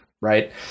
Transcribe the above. right